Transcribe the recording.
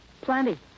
Plenty